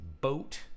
boat